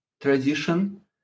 tradition